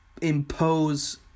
impose